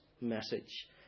message